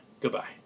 Goodbye